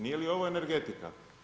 Nije li ovo energetika?